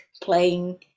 playing